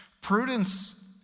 Prudence